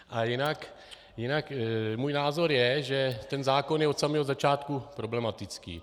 A jinak můj názor je, že ten zákon je od samého začátku problematický.